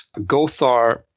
Gothar